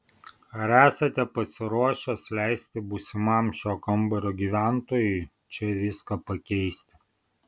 ar esate pasiruošęs leisti būsimam šio kambario gyventojui čia viską pakeisti